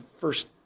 first